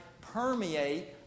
permeate